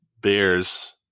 Bears